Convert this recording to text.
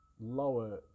lower